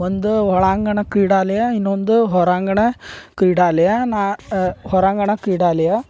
ಒಂದು ಒಳಾಂಗಣ ಕ್ರೀಡಾಲಯ ಇನ್ನೊಂದು ಹೊರಾಂಗಣ ಕ್ರೀಡಾಲಯ ನಾ ಹೊರಾಂಗಣ ಕ್ರೀಡಾಲಯ